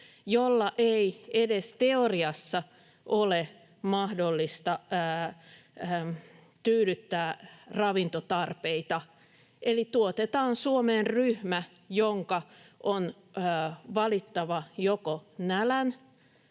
jolla ei edes teoriassa ole mahdollista tyydyttää ravintotarpeita, eli tuotetaan Suomeen ryhmä, jonka on valittava joko nälän